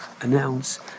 announce